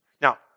Now